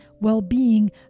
well-being